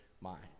mind